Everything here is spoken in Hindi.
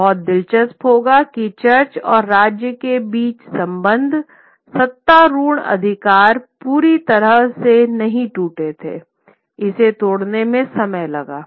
यह बहुत दिलचस्प होगा कि चर्च और राज्य के बीच संबंध सत्तारुढ़ अधिकार पूरी तरह से नहीं टूटे थे इसे तोड़ने में समय लगा